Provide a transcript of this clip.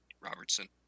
robertson